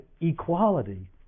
equality